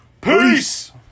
Peace